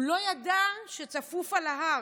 הוא לא ידע שצפוף על ההר,